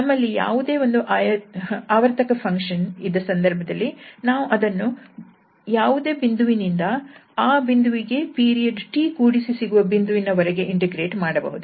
ನಮ್ಮಲ್ಲಿ ಯಾವುದೇ ಒಂದು ಆವರ್ತಕ ಫಂಕ್ಷನ್ ಇದ್ದ ಸಂದರ್ಭದಲ್ಲಿ ನಾವು ಅದನ್ನು ಯಾವುದೇ ಬಿಂದುವಿನಿಂದ ಆ ಬಿಂದುವಿಗೆ ಪೀರಿಯಡ್ 𝑇 ಕೂಡಿಸಿ ಸಿಗುವ ಬಿಂದುವಿನ ವರೆಗೆ ಇಂಟಿಗ್ರೇಟ್ ಮಾಡಬಹುದು